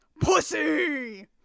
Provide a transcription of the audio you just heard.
pussy